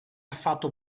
affatto